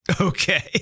Okay